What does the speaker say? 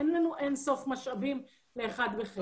אין לנו אין-סוף משאבים לאחד בחדר.